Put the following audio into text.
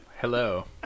Hello